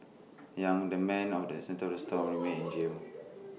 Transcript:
yang the man of the centre of the storm remains in jail